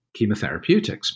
chemotherapeutics